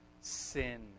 sin